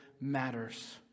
matters